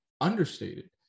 understated